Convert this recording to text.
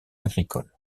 agricole